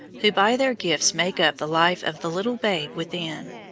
who by their gifts make up the life of the little babe within.